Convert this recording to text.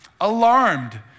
Alarmed